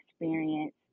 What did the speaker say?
experience